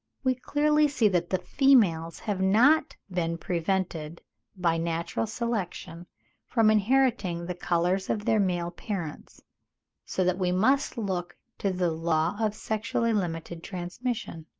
we clearly see that the females have not been prevented by natural selection from inheriting the colours of their male parents so that we must look to the law of sexually-limited transmission.